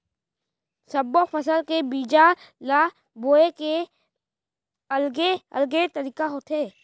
सब्बो फसल के बीजा ल बोए के अलगे अलगे तरीका होथे